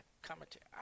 commentary